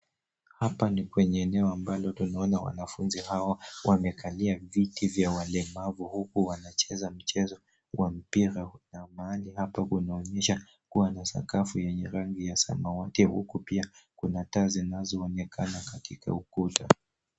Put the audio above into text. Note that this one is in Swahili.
Hapa ni kwenye eneo ambalo unaona wanafunzi hawa wamekalia viti vya walemavu huku wanacheza mchezo wa mpira na mahali hapa kunaonyesha sakafu yenye rangi ya samawati huku pia kuna taa zinazoonekana katika ukuta.